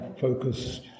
focus